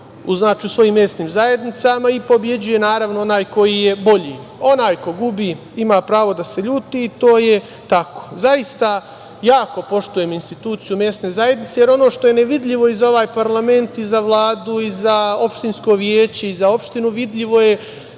znači u svojim mesnim zajednicama i pobeđuje naravno onaj ko je bolji. Onaj ko gubi ima pravo da se ljudi. To je tako. Zaista, jako poštujem instituciju mesne zajednice, jer ono što je nevidljivo i za ovaj parlament i za Vladu i za opštinsko veće i za opštinu vidljivo je